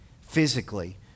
physically